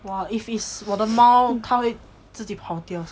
!wah! if it's 我的猫他会自己跑掉 sia